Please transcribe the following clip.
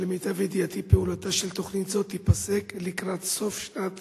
ולמיטב ידיעתי פעולתה של תוכנית זו תיפסק לקראת סוף שנת